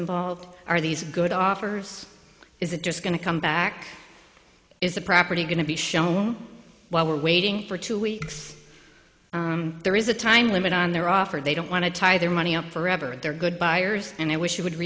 involved are these good offers is it just going to come back is the property going to be shallow while we're waiting for two weeks there is a time limit on their offer they don't want to tie their money up forever and they're good buyers and i wish you would